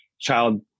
child